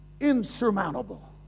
insurmountable